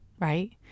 right